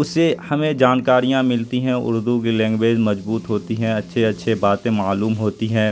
اسے ہمیں جانکاریاں ملتی ہیں اردو کی لینگویج مضبوط ہوتی ہیں اچھے اچھے باتیں معلوم ہوتی ہیں